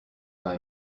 quand